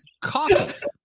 coffee